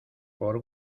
por